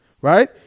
Right